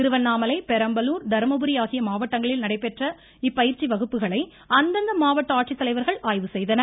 திருவண்ணாமலை பெரம்பலூர் தருமபுரி ஆகிய மாவட்டங்களில் நடைபெற்ற இப்பயிற்சி வகுப்புகளை அந்தந்த மாவட்ட ஆட்சித்தலைவர்கள் ஆய்வு செய்தனர்